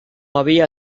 había